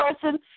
person